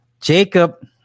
Jacob